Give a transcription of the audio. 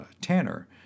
Tanner